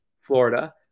Florida